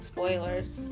Spoilers